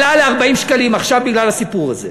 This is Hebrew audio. עלה ל-40 שקלים עכשיו, בגלל הסיפור הזה.